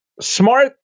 smart